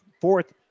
fourth